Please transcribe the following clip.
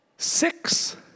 Six